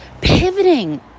Pivoting